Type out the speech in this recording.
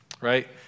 right